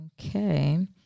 Okay